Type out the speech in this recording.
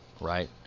right